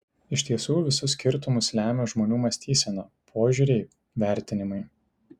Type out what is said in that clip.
iš tiesų visus skirtumus lemia žmonių mąstysena požiūriai vertinimai